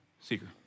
seeker